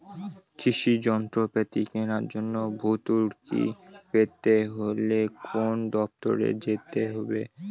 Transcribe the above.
কৃষি যন্ত্রপাতি কেনার জন্য ভর্তুকি পেতে হলে কোন দপ্তরে যেতে হবে?